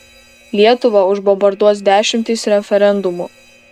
lietuvą užbombarduos dešimtys referendumų